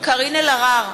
קארין אלהרר,